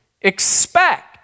expect